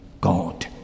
God